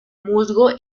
musgo